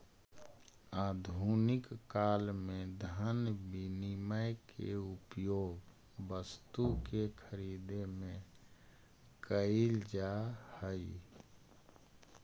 आधुनिक काल में धन विनिमय के उपयोग वस्तु के खरीदे में कईल जा हई